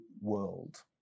world